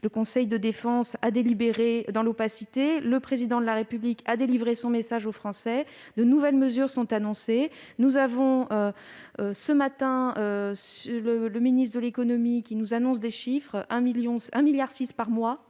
le conseil de défense a délibéré dans l'opacité. Le Président de la République a délivré son message aux Français. De nouvelles mesures sont annoncées. Ce matin, le ministre de l'économie nous a annoncé des chiffres : 1,6 milliard d'euros